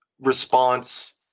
response